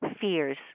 fears